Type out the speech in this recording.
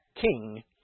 king